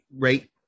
Right